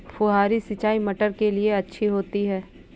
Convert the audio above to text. फुहारी सिंचाई मटर के लिए अच्छी होती है?